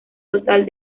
total